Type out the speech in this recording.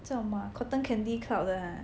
叫什么啊 cotton candy cloud 的啊